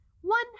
One